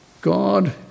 God